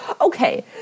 Okay